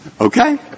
okay